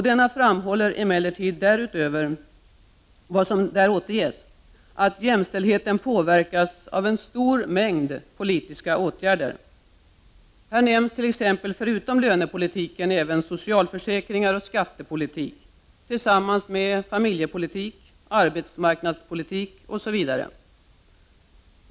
Denna framhåller emellertid, utöver vad som där återges, att jämställdheten påverkas av en stor mängd politiska åtgärder. Här nämns t.ex. förutom lönepolitiken även socialförsäkringar och skattepolitik tillsammans med familjepolitik, arbetsmarknadspolitik osv.